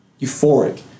euphoric